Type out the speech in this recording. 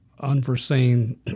unforeseen